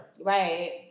Right